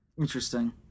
Interesting